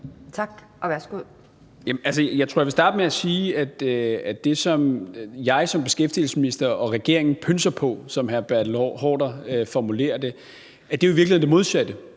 Hummelgaard): Jeg tror, jeg vil starte med at sige, at det, som jeg som beskæftigelsesminister og regeringen pønser på, som hr. Bertel Haarder formulerer det, jo i virkeligheden er det modsatte.